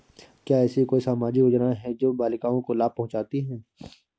क्या ऐसी कोई सामाजिक योजनाएँ हैं जो बालिकाओं को लाभ पहुँचाती हैं?